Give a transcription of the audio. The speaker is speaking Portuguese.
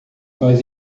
nós